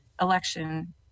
election